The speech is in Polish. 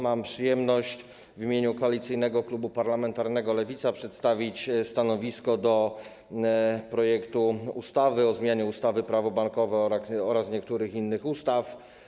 Mam przyjemność w imieniu Koalicyjnego Klubu Parlamentarnego Lewica przedstawić stanowisko wobec projektu ustawy o zmianie ustawy - Prawo bankowe oraz niektórych innych ustaw.